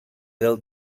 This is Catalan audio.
del